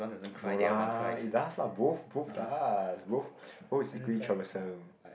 ppo no lah it does lah both both does both both is equally troublesome